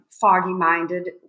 foggy-minded